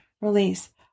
release